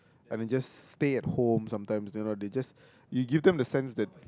I mean just stay at home sometimes you know they just you give them a sense that